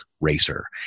racer